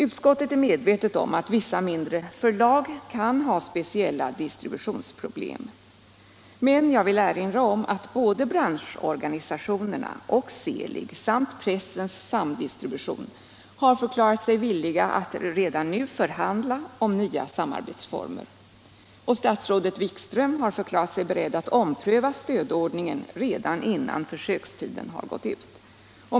Utskottet är medvetet om att vissa mindre förlag kan ha speciella distributionsproblem. Men jag vill erinra om att både branschorganisationerna och Seelig samt Pressens samdistribution har förklarat sig villiga att redan nu förhandla om nya samarbetsformer. Statsrådet Wikström har förklarat sig beredd att ompröva stödordningen redan innan försökstiden gått ut.